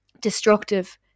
destructive